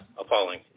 appalling